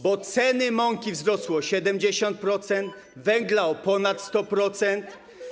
bo ceny mąki wzrosły o 70%, a węgla o ponad 100%.